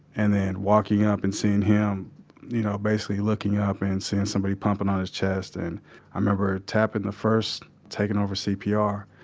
and then walking up and seeing him you know basically looking ah up and seeing somebody pumping on his chest, chest, and i remember tapping the first, taking over cpr,